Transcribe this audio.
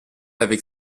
avec